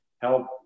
Help